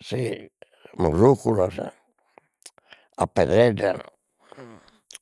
Si morroculas, a pedreddas,